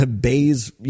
bays